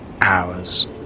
hours